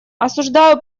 осуждаю